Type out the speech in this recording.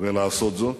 ולעשות זאת,